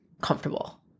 comfortable